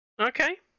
Okay